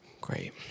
Great